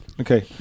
Okay